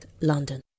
London